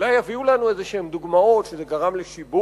אולי יביאו לנו דוגמאות כלשהן שזה גרם לשיבוש,